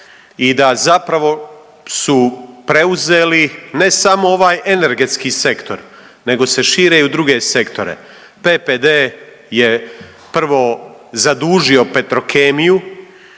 i da zapravo su preuzeli ne samo ovaj energetski sektor, nego se šire i u druge sektore. PPD je prvo zadužio Petrokemiju,